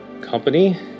company